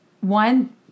one